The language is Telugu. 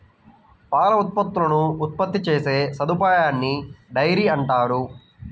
పాల ఉత్పత్తులను ఉత్పత్తి చేసే సదుపాయాన్నిడైరీ అంటారు